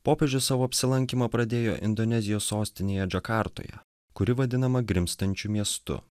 popiežius savo apsilankymą pradėjo indonezijos sostinėje džakartoje kuri vadinama grimztančiu miestu